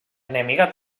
enemiga